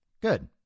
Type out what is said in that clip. Good